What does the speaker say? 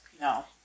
No